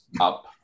up